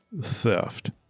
theft